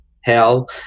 hell